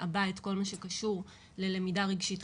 מעבה את כל מה שקשור ללמידה ריגשית,